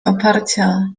oparcia